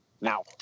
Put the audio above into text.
Now